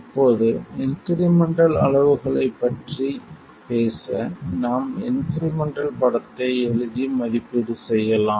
இப்போது இன்க்ரிமெண்டல் அளவுகளைப் பற்றி பேச நாம் இன்க்ரிமென்ட்டல் படத்தை எழுதி மதிப்பீடு செய்யலாம்